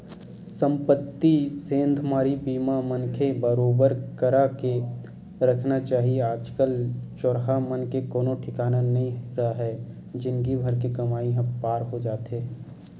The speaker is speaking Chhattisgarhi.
संपत्ति सेंधमारी बीमा मनखे बरोबर करा के रखना चाही आज कल चोरहा मन के कोनो ठिकाना नइ राहय जिनगी भर के कमई ह पार हो जाथे